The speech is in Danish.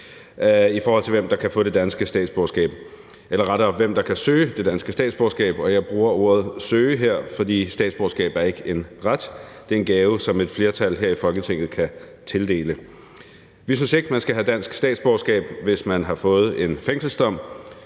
i forhold til hvem der kan få det danske statsborgerskab, eller rettere, hvem der kan søge det danske statsborgerskab. Jeg bruger her ordet søge, fordi statsborgerskab ikke er en ret; det er en gave, som et flertal her i Folketinget kan tildele. Vi synes ikke, at man skal have dansk statsborgerskab, hvis man har fået en fængselsdom,